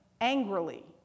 angrily